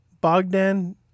Bogdan